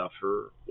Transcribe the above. suffer